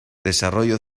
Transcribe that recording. desarrollo